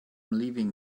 leaving